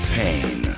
pain